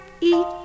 eat